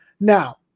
Now